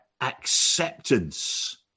acceptance